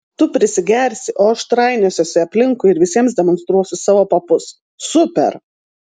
tu prisigersi o aš trainiosiuosi aplinkui ir visiems demonstruosiu savo papus super